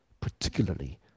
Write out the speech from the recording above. particularly